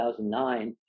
2009